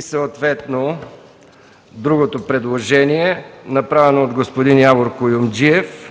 слабите; и другото предложение, направено от господин Явор Куюмджиев